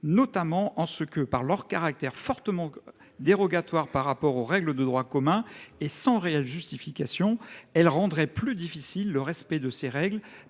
notamment en ce que, par leur caractère fortement dérogatoire par rapport aux règles de droit commun et sans réelle justification, elles rendraient plus difficile le respect de ces règles